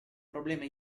problema